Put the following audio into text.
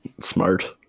smart